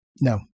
No